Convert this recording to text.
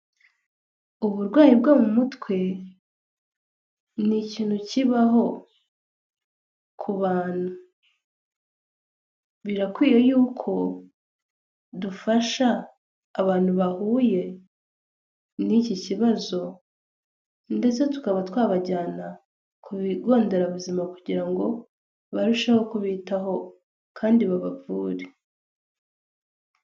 Uburwayi bwo mu mutwe ni ikintu kibaho ku bantu, birakwiye yuko dufasha abantu bahuye n'iki kibazo ndetse tukaba twabajyana ku bigo nderabuzima, kugira ngo barusheho kubitaho kandi babavure.